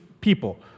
people